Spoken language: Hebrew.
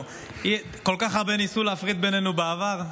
כל כך הרבה ניסו להפריד בינינו בעבר.